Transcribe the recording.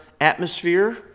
atmosphere